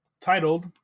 Titled